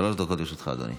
שלוש דקות לרשותך, אדוני.